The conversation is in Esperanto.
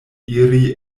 iri